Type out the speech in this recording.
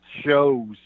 shows